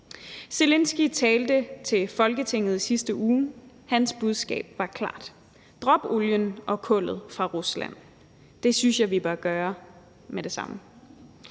Zelenskyj talte til Folketinget i sidste uge, og hans budskab var klart: Drop olien og kullet fra Rusland. Det synes jeg vi bør gøre med det samme.